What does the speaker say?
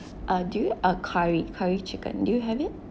uh do you uh curry curry chicken do you have it